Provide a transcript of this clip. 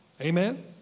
Amen